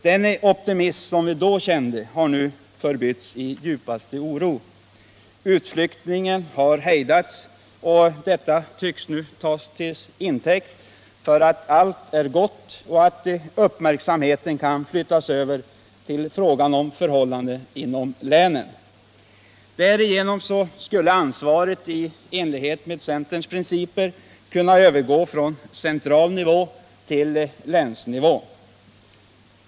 Den optimism som vi då kände har nu förbytts i djupaste oro. Utflyttningen har hejdats och detta tycks nu tas till intäkt för att allt är gott och att uppmärksamheten kan flyttas över till frågan om förhållandena inom länen. Därigenom skulle ansvaret i enlighet med centerns principer kunna övergå från central nivå till länsnivå.